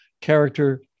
character